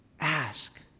ask